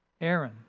Aaron